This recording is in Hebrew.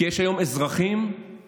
כי יש היום אזרחים ערבים